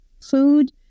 food